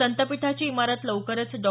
संतपीठाची इमारत लवकरच डॉ